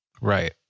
Right